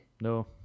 no